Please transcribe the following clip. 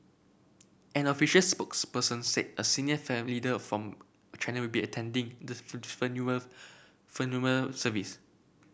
an official spokesperson said a senior leader from China will be attending the funeral funeral service